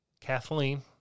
Kathleen